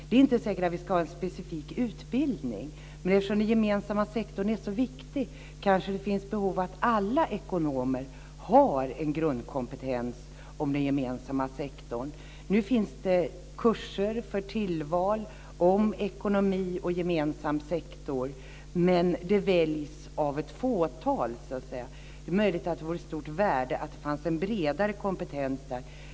Det är inte säkert att ska vara en specifik utbildning, men eftersom den gemensamma sektorn är så viktig kanske det finns behov av att alla ekonomer har en grundkompetens om den gemensamma sektorn. Nu finns det kurser för tillval om ekonomi och gemensam sektor, men de väljs av ett fåtal. Det är möjligt att det vore av stort värde om det fanns en bredare kompetens där.